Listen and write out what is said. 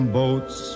boats